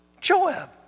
Joab